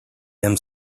them